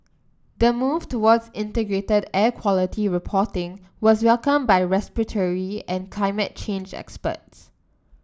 the move towards integrated air quality reporting was welcomed by respiratory and climate change experts